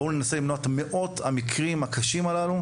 בואו ננסה למנוע את מאות המקרים הקשים הללו,